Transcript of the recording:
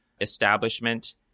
establishment